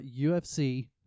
UFC